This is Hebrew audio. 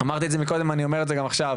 אמרתי את זה קודם, אני אומר את זה גם עכשיו.